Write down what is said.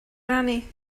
rannu